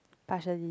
partially